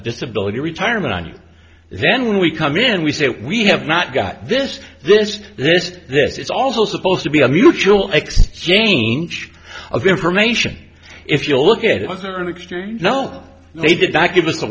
disability retirement on you then when we come in we say we have not got this this this this is also supposed to be a mutual exchange of information if you look at it as an extra you know they did not give us the